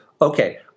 okay